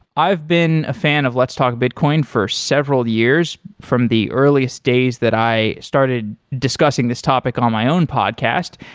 i've been a fan of let's talk bitcoin for several years from the earliest days that i started discussing this topic on my own podcast.